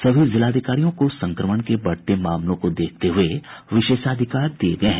सभी जिलाधिकारियों को संक्रमण के बढ़ते मामलों को देखते हुये विशेषाधिकार दिये गये हैं